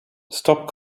stop